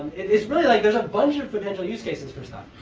it's really like there's a bunch of potential use cases for stuff.